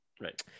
Right